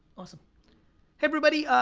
awesome. hey everybody,